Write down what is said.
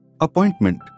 Appointment